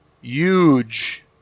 huge